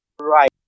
right